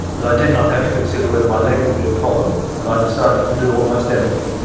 that i did not have to consider whether my leg would be a problem when i decided to do almost anything.